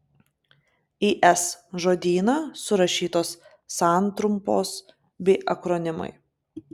į s žodyną surašytos santrumpos bei akronimai